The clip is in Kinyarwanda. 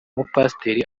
umupasiteri